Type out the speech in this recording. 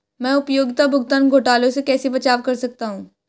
मैं उपयोगिता भुगतान घोटालों से कैसे बचाव कर सकता हूँ?